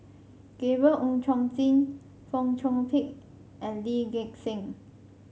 Gabriel Oon Chong Jin Fong Chong Pik and Lee Gek Seng